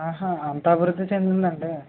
అహ అంత అభివృద్ధి చెందిందండి